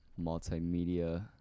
multimedia